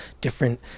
different